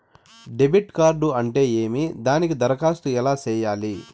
debit card అంటే ఏమి దానికి దరఖాస్తు ఎలా సేయాలి